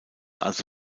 also